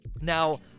now